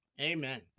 Amen